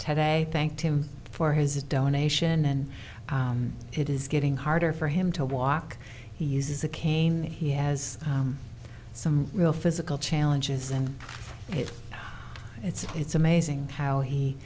today thanked him for his donation and it is getting harder for him to walk he uses a cane he has some real physical challenges and it's it's it's amazing how he